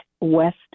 west